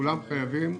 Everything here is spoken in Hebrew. שכולם חייבים לפעול,